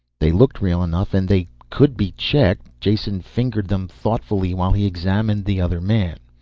they looked real enough and they could be checked. jason fingered them thoughtfully while he examined the other man.